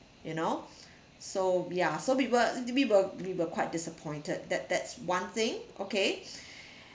you know so ya so we were we were we were quite disappointed that that's one thing okay